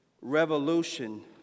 revolution